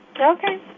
Okay